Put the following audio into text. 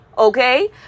Okay